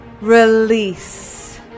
release